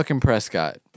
Prescott